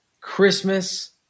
Christmas